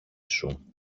σου